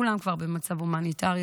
כולם כבר במצב הומניטרי,